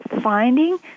finding